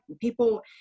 people